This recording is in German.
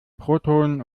protonen